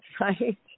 right